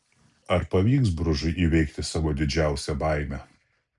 ar pavyks bružui įveikti savo didžiausią baimę